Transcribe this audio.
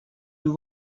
due